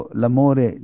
l'amore